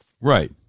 Right